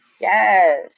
Yes